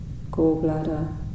gallbladder